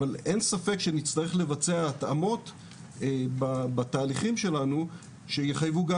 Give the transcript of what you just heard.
אבל אין ספק שנצטרך לבצע התאמות בתהליכים שלנו שיחייבו גם